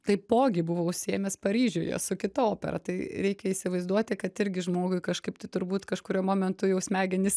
taipogi buvo užsiėmęs paryžiuje su kita opera tai reikia įsivaizduoti kad irgi žmogui kažkaip tai turbūt kažkuriuo momentu jau smegenys